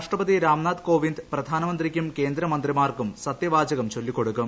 രാഷ്ട്രപതി രാംനാഥ് കോവിന്ദ് പ്രധാനമന്ത്രിയ്ക്കും കേന്ദ്രമന്ത്രിമാർക്കും സത്യവാചകം ചൊല്ലിക്കൊടുക്കും